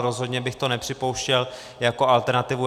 Rozhodně bych to nepřipouštěl jako alternativu.